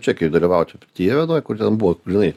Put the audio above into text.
čekijoj dalyvaučiau tievenoj kur ten buvot žinai